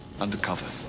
Undercover